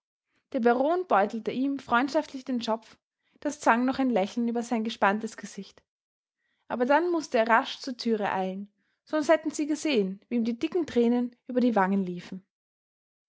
der baron beutelte ihm freundschaftlich den schopf das zwang noch ein lächeln über sein gespanntes gesicht aber dann mußte er rasch zur türe eilen sonst hätten sie gesehen wie ihm die dicken tränen über die wangen liefen